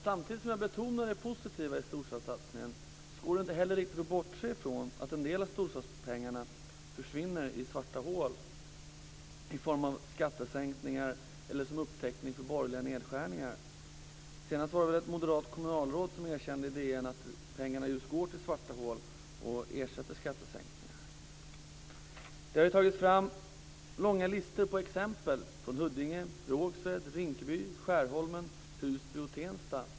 Samtidigt som jag betonar det positiva i storstadssatsningen menar jag att det inte riktigt går att bortse från att en del av storstadspengarna försvinner i svarta hål i form av skattesänkningar eller för att täcka upp för borgerliga nedskärningar. Senast var det väl ett moderat kommunalråd som i DN erkände att pengarna just går till svarta hål och ersätter skattesänkningar. Det har tagits fram långa listor med exempel från Huddinge, Rågsved, Rinkeby, Skärholmen, Husby och Tensta.